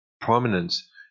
prominence